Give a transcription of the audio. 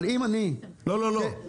אבל, אם אני, כענף --- לא, לא, לא.